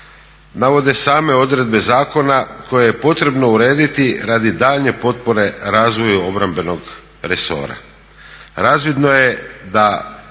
navode same odredbe zakona koje je potrebno urediti radi daljnje potpore razvoju obrambenog resora.